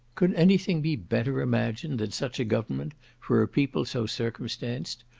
could any thing be better imagined than such a government for a people so circumstanced?